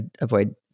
avoid